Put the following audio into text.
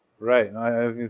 Right